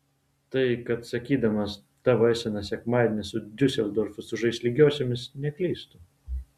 tai kad sakydamas tavo esenas sekmadienį su diuseldorfu sužais lygiosiomis neklystu